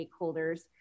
stakeholders